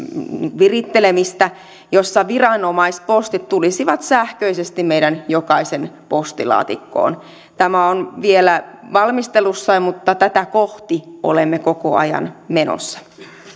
virittelemistä jossa viranomaispostit tulisivat sähköisesti meidän jokaisen postilaatikkoon tämä on vielä valmistelussa mutta tätä kohti olemme koko ajan menossa